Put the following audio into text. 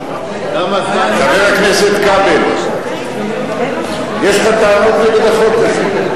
חבר הכנסת כבל, יש לך טענות נגד החוק הזה.